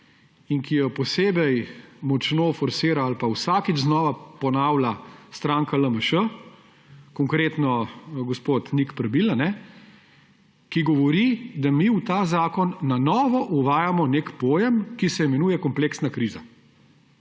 in ki jo posebej močno forsira ali pa vsakič znova ponavlja stranka LMŠ, konkretno gospod Nik Prebil, ki govori, da mi v ta zakon nanovo uvajajmo nek pojem, ki se imenuje kompleksna kriza.